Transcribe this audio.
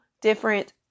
different